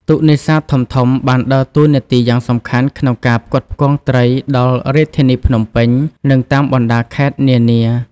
ទូកនេសាទធំៗបានដើរតួនាទីយ៉ាងសំខាន់ក្នុងការផ្គត់ផ្គង់ត្រីដល់ រាជធានីភ្នំពេញ និងតាមបណ្តាខេត្តនានា។